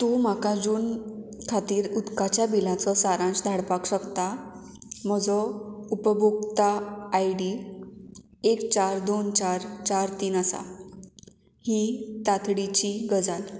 तूं म्हाका जून खातीर उदकाच्या बिलांचो सारांश धाडपाक शकता म्हजो उपभोक्ता आय डी एक चार दोन चार चार तीन आसा ही तातडीची गजाल